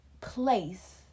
place